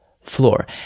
floor